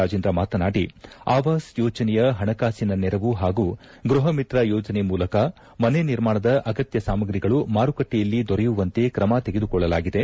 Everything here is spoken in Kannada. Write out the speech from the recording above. ರಾಜೇಂದ್ರ ಮಾತನಾದಿ ಆವಾಸ್ ಯೋಜನೆಯ ಹಣಕಾಸಿನ ನೆರವು ಹಾಗೂ ಗೃಹಮಿತ್ರ ಯೋಜನೆ ಮೂಲಕ ಮನೆ ನಿರ್ಮಾಣದ ಅಗತ್ಯ ಸಾಮಗ್ರಿಗಳು ಮಾರುಕಟ್ಟೆಯಲ್ಲಿ ದೊರೆಯುವಂತೆ ಕ್ರಮ ತೆಗೆದುಕೊಳ್ಳಲಾಗಿದೆ